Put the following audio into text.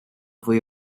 fwy